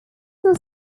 was